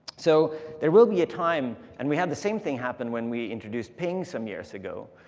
so there will be a time. and we had the same thing happen when we introduced png some years ago.